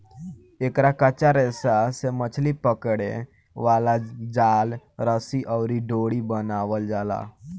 एकर कच्चा रेशा से मछली पकड़े वाला जाल, रस्सी अउरी डोरी बनावल जाला